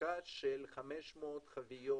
הפקה של 500 חביות